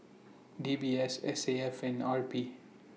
D B S S A F and R P